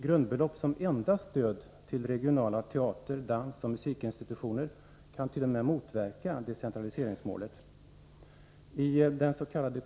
Grundbelopp som enda stöd till regionala teater-, dansoch musikinstitutioner kan t.o.m. motverka det decentraliseringsmålet. I dens.k.